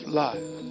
life